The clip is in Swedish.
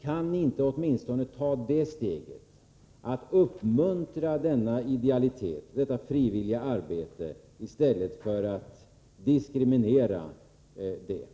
Kan ni inte åtminstone ta det steget att uppmuntra denna idealitet, i stället för att diskriminera den?